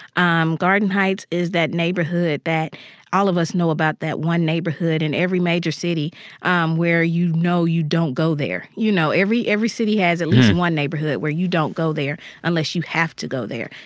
um garden heights is that neighborhood that all of us know about that one neighborhood in every major city um where you know you don't go there. you know, every every city has at least one neighborhood where you don't go there unless you have to go there.